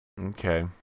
Okay